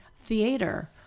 theater